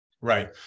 Right